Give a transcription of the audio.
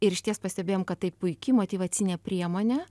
ir išties pastebėjom kad tai puiki motyvacinė priemonė